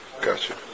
Gotcha